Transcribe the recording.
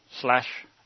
slash